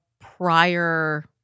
prior